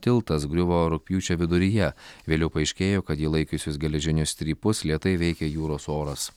tiltas griuvo rugpjūčio viduryje vėliau paaiškėjo kad jį laikiusius geležinius strypus lėtai veikė jūros oras